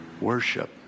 worship